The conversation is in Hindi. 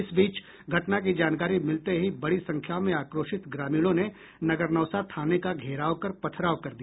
इसबीच घटना की जानकारी मिलते ही बड़ी संख्या में आक्रोशित ग्रामीणों ने नगरनौसा थाने का घेराव कर पथराव कर दिया